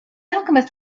alchemist